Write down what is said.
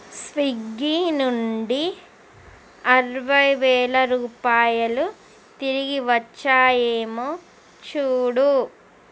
Swiggy నుండి అరవై వేల రూపాయలు తిరిగివచ్చాయేమో చూడు